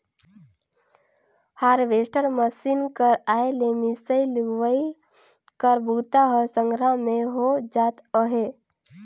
harvester machine कर आए ले मिंसई, लुवई कर बूता ह संघरा में हो जात अहे